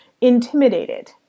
intimidated